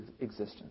existence